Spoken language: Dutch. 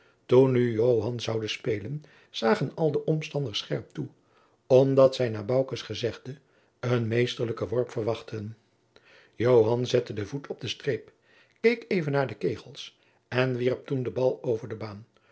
nu joan zoude spelen zagen al de omstanders scherp toe omdat zij na boukes gezegde een meesterlijken worp verwachtten joan zette den voet op den streep keek even naar de kegels en wierp toen den bal over de baan